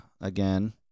again